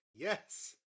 Yes